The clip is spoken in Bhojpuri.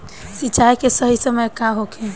सिंचाई के सही समय का होखे?